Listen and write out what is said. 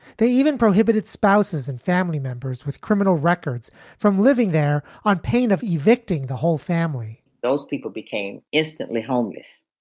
they even prohibited spouses and family members with criminal records from living there on pain of evicting the whole family those people became instantly homeless.